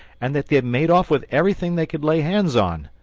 and that they had made off with everything they could lay hands on.